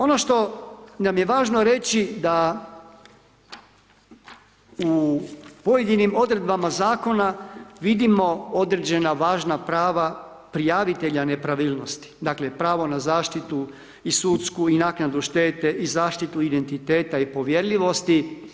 Ono što nam je važno reći da u pojedinim odredbama Zakona vidimo određena važna prava prijavitelja nepravilnosti, dakle, pravo na zaštitu i sudsku i naknadu štete i zaštitu identiteta i povjerljivosti.